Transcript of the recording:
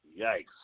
Yikes